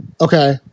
Okay